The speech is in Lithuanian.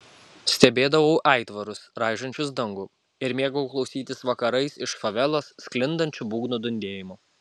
stebėdavau aitvarus raižančius dangų ir mėgau klausytis vakarais iš favelos sklindančių būgnų dundėjimo